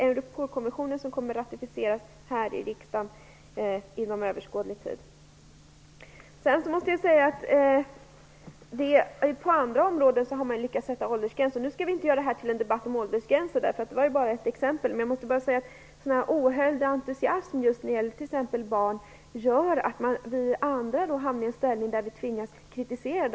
Europol-konvention kommer att ratificeras här i riksdagen någon gång inom överskådlig tid. Sedan måste jag säga att man ju på andra områden har lyckats sätta upp åldersgränser. Nu skall vi inte göra det här till en debatt om åldersgränser, det var ju bara ett exempel. Men jag måste bara säga att sådan där ohöljd entusiasm just när det gäller t.ex. barn gör att vi andra då hamnar i en ställning där vi tvingas kritisera.